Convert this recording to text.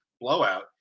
blowout